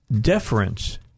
deference –